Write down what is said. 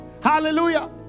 hallelujah